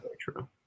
true